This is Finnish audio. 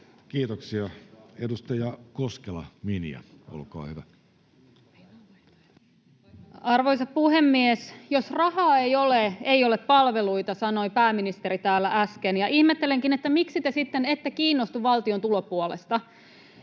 vuodelle 2025 Time: 13:42 Content: Arvoisa puhemies! Jos rahaa ei ole, ei ole palveluita, sanoi pääministeri täällä äsken, ja ihmettelenkin, miksi te sitten ette kiinnostu valtion tulopuolesta.